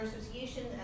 association